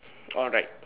alright